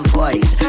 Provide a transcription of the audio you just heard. voice